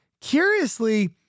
curiously